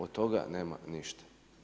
Od toga nema ništa.